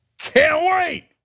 can't wait.